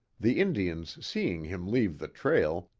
the indians seeing him leave the trail,